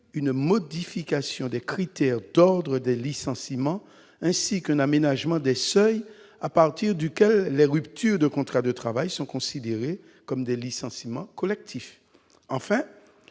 une modification des critères d'ordre des licenciements ainsi que n'aménagement des seuils à partir duquel les ruptures de contrat de travail sont considérés comme des licenciements collectifs, en fait,